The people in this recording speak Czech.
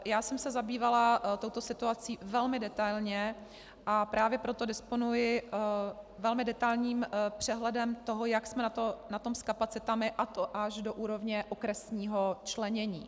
Já jsem se zabývala touto situací velmi detailně a právě proto disponuji velmi detailním přehledem toho, jak jsme na tom s kapacitami, a to až do úrovně okresního členění.